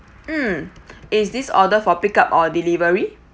mm is this order for pick up or delivery